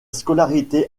scolarité